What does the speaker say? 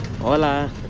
Hola